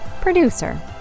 producer